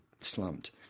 slumped